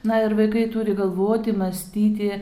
na ir vaikai turi galvoti mąstyti